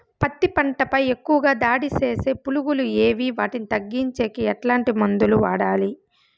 పత్తి పంట పై ఎక్కువగా దాడి సేసే పులుగులు ఏవి వాటిని తగ్గించేకి ఎట్లాంటి మందులు వాడాలి?